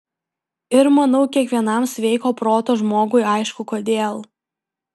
ir manau kiekvienam sveiko proto žmogui aišku kodėl